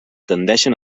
tendeixen